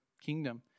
kingdom